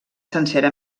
sencera